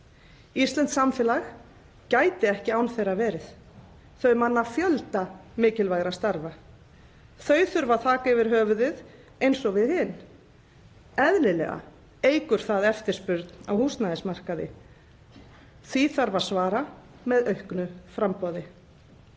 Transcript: Íslenskt samfélag gæti ekki án þeirra verið. Þau manna fjölda mikilvægra starfa. Þau þurfa þak yfir höfuðið eins og við hin. Eðlilega eykur það eftirspurn á húsnæðismarkaði. Því þarf að svara með auknu framboði.